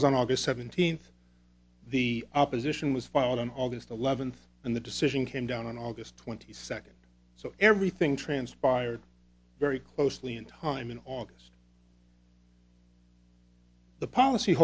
was on august seventeenth the opposition was filed on aug eleventh and the decision came down on august twenty second so everything transpired very closely in time in august the policy